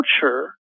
culture